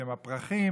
בשם הפרחים,